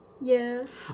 Yes